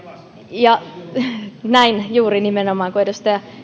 näin juuri nimenomaan kuin edustaja